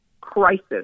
crisis